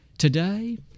Today